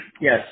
Yes